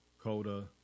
Coda